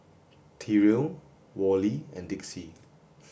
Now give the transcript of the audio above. Tyrell Worley and Dixie